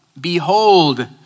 behold